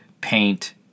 paint